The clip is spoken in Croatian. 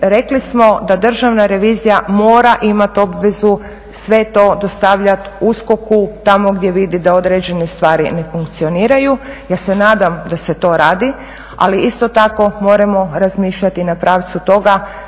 rekli smo da državna revizija mora imati obvezu sve to dostavljat USKOK-u tamo gdje vidi da određene stvari ne funkcioniraju. Ja se nadam da se to radi, ali isto tako moramo razmišljati na pravcu toga